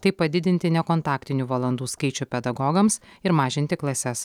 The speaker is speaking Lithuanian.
taip padidinti nekontaktinių valandų skaičių pedagogams ir mažinti klases